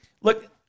look